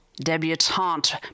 debutante